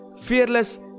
fearless